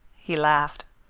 he laughed.